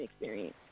experience